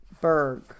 Berg